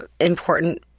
important